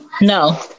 No